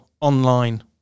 online